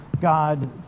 God